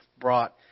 brought